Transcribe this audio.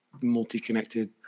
multi-connected